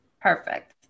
Perfect